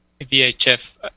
VHF